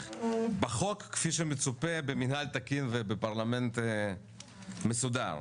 בחוק כפי שמצופה במינהל תקין ובפרלמנט מסודר.